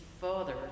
father